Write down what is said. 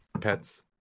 pets